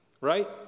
Right